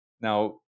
Now